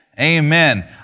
Amen